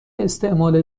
استعمال